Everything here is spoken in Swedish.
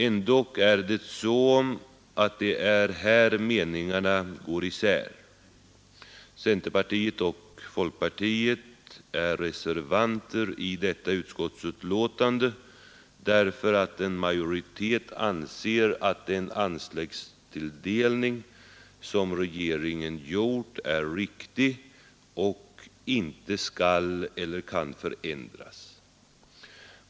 Ändå är det här meningarna går isär. Centerpartister och folkpartister i utskottet är reservanter i detta ärende, eftersom en majoritet anser att den anslagstilldelning som regeringen föreslagit är riktig och icke skall eller kan förändras.